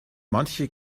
manche